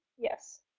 Yes